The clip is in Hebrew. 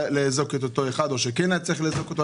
לאזוק את אותו אחד או שכן היה צריך לאזוק אותו,